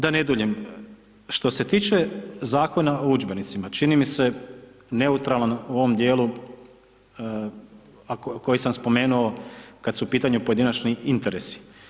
Da ne duljim, što se tiče Zakona o udžbenicima, čini mi se neutralan u ovom dijelu koji sam spomenuo kada su u pitanju pojedinačni interesi.